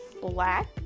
black